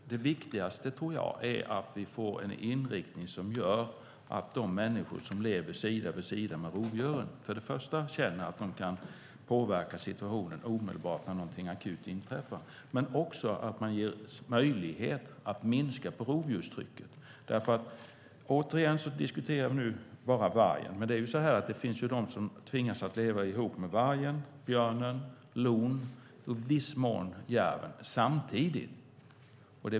Det viktigaste är att vi får en sådan inriktning att de människor som lever sida vid sida med rovdjuren känner att de kan påverka situationen omedelbart när något akut inträffar. Det är också viktigt att man får möjlighet att minska på rovdjurstrycket. Vi diskuterar nu bara vargen, men det finns de som tvingas leva ihop med varg, björn, lo och i viss mån järv, samtidigt.